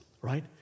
right